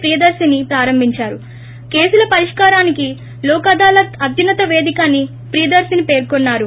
ప్రియదర్పిని ప్రారంభించారు కేసుల పరిష్కారానికి లోక్ అదాలత్ అత్యున్నత వేదిక అని ప్రీయదర్తిని పేర్కొన్నారు